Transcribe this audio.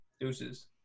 Deuces